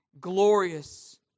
glorious